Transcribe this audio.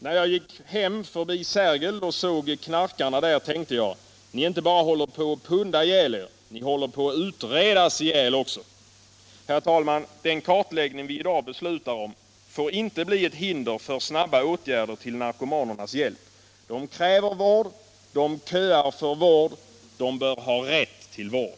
När jag gick hem förbi Sergel och såg knarkarna där tänkte jag: ”Ni inte bara håller på att punda ihjäl er, ni håller på att utredas ihjäl också.” Herr talman! Den kartläggning som vi i dag beslutar om får inte bli ett hinder för snabba åtgärder till narkomanernas hjälp. De kräver vård. De köar för vård, och de bör ha rätt till vård.